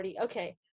Okay